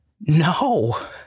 no